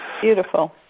Beautiful